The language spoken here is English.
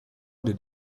did